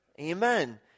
Amen